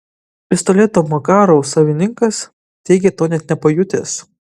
pistoleto makarov savininkas teigia to net nepajutęs